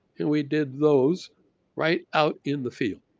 and we did those right out in the field.